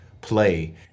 play